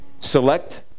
select